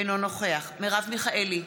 אינו נוכח מרב מיכאלי,